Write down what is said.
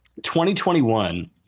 2021